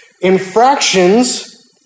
infractions